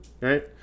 right